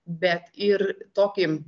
bet ir tokį